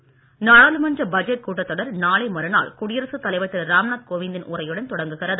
budget நாடாளுமன்ற budget கூட்டத் தொடர் நாளை மறுநாள் குடியரசு தலைவர் திரு ராம் நாத் கோவிந்தின் உரையுடன் தொடங்குகிறது